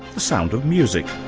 the sound of music.